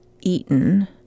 eaten